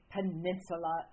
Peninsula